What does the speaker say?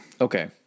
Okay